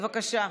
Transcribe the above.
בבקשה.